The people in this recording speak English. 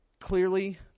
clearly